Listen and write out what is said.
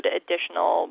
additional